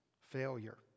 failure